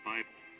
Bible